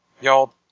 Y'all